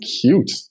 cute